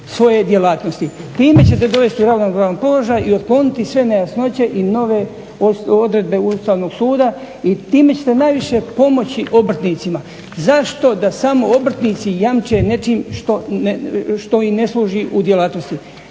Time ćete dovesti u ravnopravan položaj i otkloniti sve nejasnoće i nove odredbe Ustavnog suda i time ćete najviše pomoći obrtnicima. Zašto da samo obrtnici jamče nečim što im ne služi u djelatnosti?